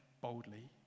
boldly